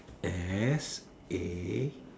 S A